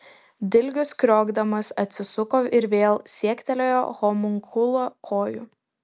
dilgius kriokdamas atsisuko ir vėl siektelėjo homunkulo kojų